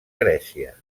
grècia